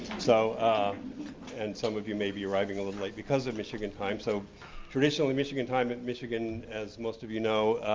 so and some of you may be arriving a little late because of michigan time. so traditionally, michigan time, in michigan, as most of you know,